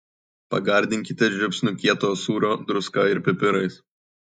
pagardinkite žiupsniu kietojo sūrio druska ir pipirais